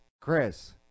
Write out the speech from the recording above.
Chris